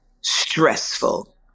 stressful